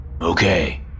Okay